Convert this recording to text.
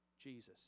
Jesus